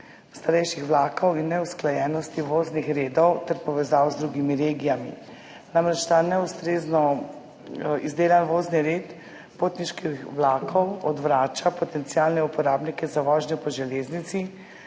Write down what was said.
starejših vlakov in neusklajenosti voznih redov ter povezav z drugimi regijami. Namreč, ta neustrezno izdelan vozni red potniških vlakov odvrača potencialne uporabnike za vožnjo po železnici